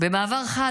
במעבר חד,